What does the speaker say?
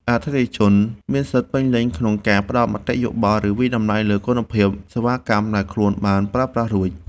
អតិថិជនមានសិទ្ធិពេញលេញក្នុងការផ្ដល់មតិយោបល់ ឬវាយតម្លៃលើគុណភាពសេវាកម្មដែលខ្លួនបានប្រើប្រាស់រួច។